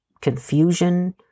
confusion